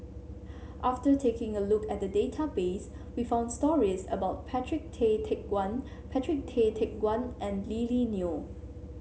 after taking a look at the database we found stories about Patrick Tay Teck Guan Patrick Tay Teck Guan and Lily Neo